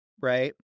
right